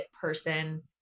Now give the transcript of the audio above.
person